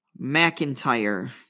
McIntyre